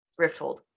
rifthold